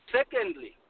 Secondly